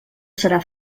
serà